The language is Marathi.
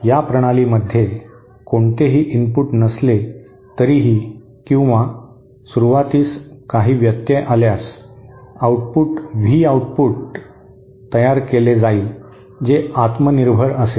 या प्रणालीमध्ये कोणतेही इनपुट नसले तरीही किंवा सुरूवातीस काही व्यत्यय आल्यास आउटपुट व्ही आउटपुट तयार केले जाईल जे आत्मनिर्भर असेल